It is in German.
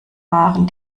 waren